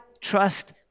trust